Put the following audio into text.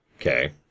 okay